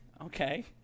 Okay